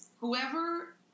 whoever